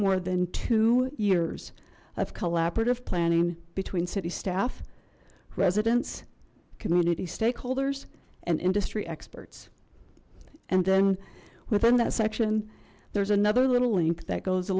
more than two years of collaborative planning between city staff residents community stakeholders and industry experts and then within that section there's another little link that goes a